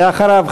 ואחריו,